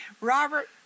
Robert